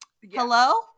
hello